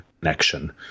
connection